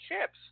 chips